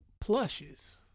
plushes